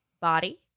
body